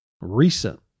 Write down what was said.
recent